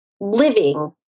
living